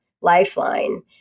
lifeline